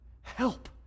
help